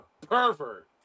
pervert